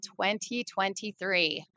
2023